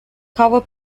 cover